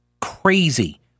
crazy